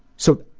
so,